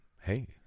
hey